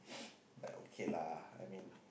like okay lah I mean